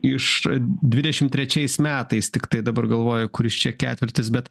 iš dvidešim trečiais metais tiktai dabar galvoju kuris čia ketvirtis bet